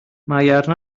مگر